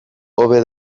hobe